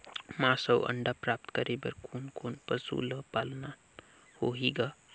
मांस अउ अंडा प्राप्त करे बर कोन कोन पशु ल पालना होही ग?